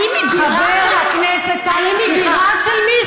האם היא בירה של מישהו?